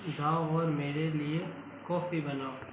जाओ और मेरे लिए कॉफी बनाओ